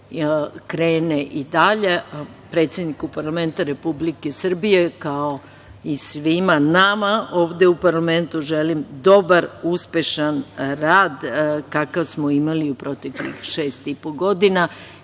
krene i dalje, predsedniku parlamenta Republike Srbije, kao i svima nama ovde u parlamentu, želim dobar, uspešan rad, kakav smo imali i u proteklih šest i po godina